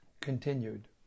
continued